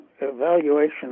evaluation